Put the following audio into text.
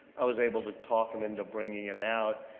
i was able to talk them into bringing it out.